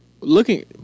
looking